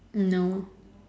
no